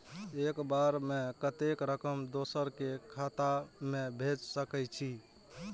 एक बार में कतेक रकम दोसर के खाता में भेज सकेछी?